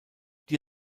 die